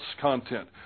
content